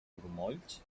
grumolls